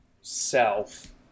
self